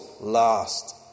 last